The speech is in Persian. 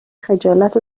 خجالت